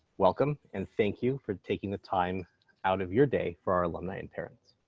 welcome and thank you for taking the time out of your day for our alumni and parents.